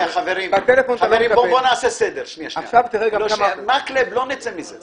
מקלב, לא נצא מזה.